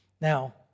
Now